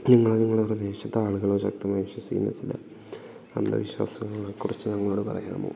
നിങ്ങളോ നിങ്ങളുടെ പ്രദേശത്തെ ആളുകളോ ശക്തമായി വിശ്വസിക്കുന്ന ചില അന്ധവിശ്വാസങ്ങളെക്കുറിച്ച് ഞങ്ങളോട് പറയാമോ